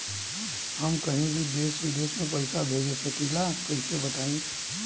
हम कहीं भी देश विदेश में पैसा भेज सकीला कईसे बताई?